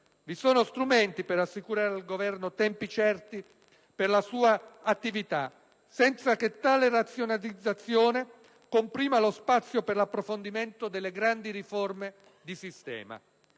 Vi sono strumenti per assicurare al Governo tempi certi per la sua attività senza che tale razionalizzazione comprima lo spazio per l'approfondimento delle grandi riforme di sistema.